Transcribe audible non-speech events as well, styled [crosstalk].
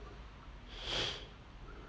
[noise]